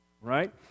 Right